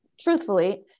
truthfully